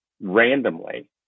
randomly